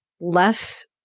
less